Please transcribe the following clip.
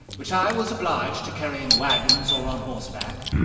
which i was obliged to carry in wagons or on horseback,